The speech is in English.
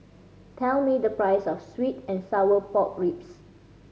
tell me the price of sweet and sour pork ribs